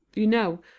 you know,